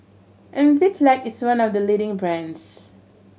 Enzyplex is one of the leading brands